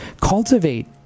cultivate